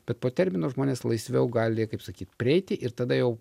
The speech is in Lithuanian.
bet po termino žmonės laisviau gali kaip sakyt prieiti ir tada jau